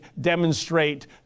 demonstrate